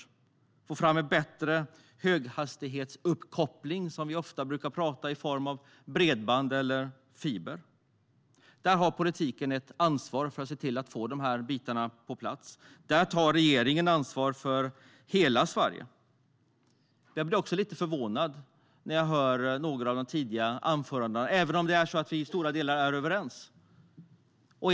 Det gäller att ta fram bättre höghastighetsuppkoppling, som vi ofta talar om, i form av bredband eller fiber. Politiken har ett ansvar att få dessa delar på plats. Regeringen tar ansvar för hela Sverige. Jag blir lite förvånad när jag hör några av de tidigare anförandena, även om vi till stora delar är överens.